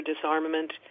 disarmament